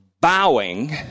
bowing